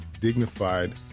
dignified